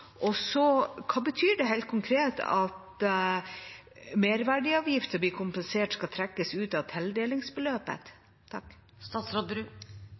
og hva betyr det helt konkret at merverdiavgiften blir kompensert, skal trekkes ut av tildelingsbeløpet?